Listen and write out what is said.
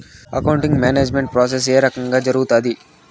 accounting management process ఏ రకంగా జరుగుతాది